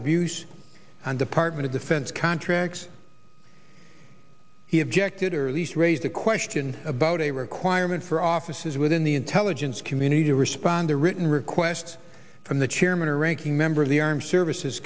abuse on department of defense contracts he objected or these raised a question about a requirement for offices within the intelligence community to respond a written request from the chairman or ranking member of the armed services